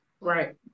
Right